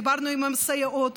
דיברנו עם הסייעות,